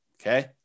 okay